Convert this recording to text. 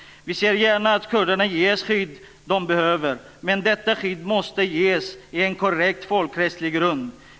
Vi ser gärna att kurderna ges det skydd de behöver, men detta skydd måste ges med korrekt folkrättslig grund.